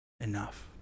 enough